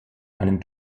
einem